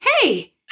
hey